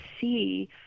see